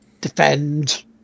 defend